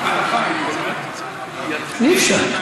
אי-אפשר.